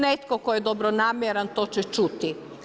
Netko tko je dobronamjeran to će čuti.